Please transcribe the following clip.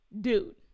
Dude